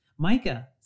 Micah